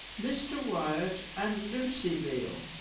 mr wyatt and lucy veal